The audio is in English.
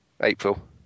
April